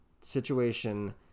situation